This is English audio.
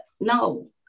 no